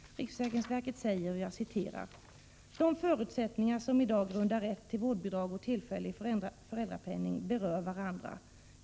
Riksförsäkringsverket säger: ”De förutsättningar som i dag grundar rätt till vårdbidrag och tillfällig föräldrapenning berör varandra.